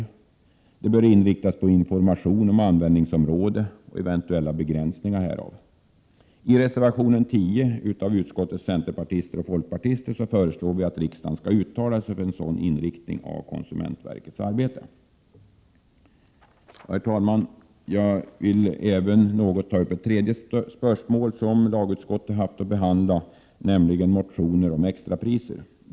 Vidare bör man inrikta sig på information om användningsområde och eventuella begränsningar till följd härav. I reservation 10 av utskottets centerpartister och folkpartister föreslås att riksdagen skall uttala sig för en sådan inriktning beträffande konsumentverkets arbete. Herr talman! Jag vill också ta upp ett tredje spörsmål som lagutskottet har haft att behandla. Det gäller tre motioner om extrapriser. Dels är det fråga Prot.